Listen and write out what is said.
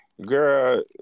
Girl